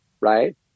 right